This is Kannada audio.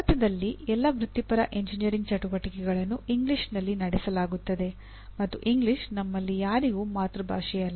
ಭಾರತದಲ್ಲಿ ಎಲ್ಲಾ ವೃತ್ತಿಪರ ಎಂಜಿನಿಯರಿಂಗ್ ಚಟುವಟಿಕೆಗಳನ್ನು ಇಂಗ್ಲಿಷ್ನಲ್ಲಿ ನಡೆಸಲಾಗುತ್ತದೆ ಮತ್ತು ಇಂಗ್ಲಿಷ್ ನಮ್ಮಲ್ಲಿ ಯಾರಿಗೂ ಮಾತೃಭಾಷೆಯಲ್ಲ